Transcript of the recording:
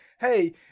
hey